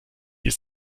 ist